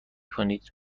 کنید